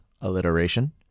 alliteration